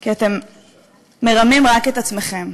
כי אתם מרמים רק את עצמכם.